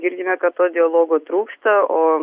girdime kad to dialogo trūksta o